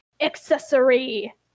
accessory